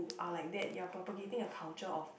are like that you are propagating a culture of